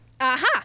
Aha